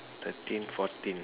thirteen fourteen